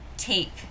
take